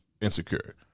insecure